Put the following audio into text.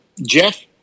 Jeff